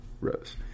Rose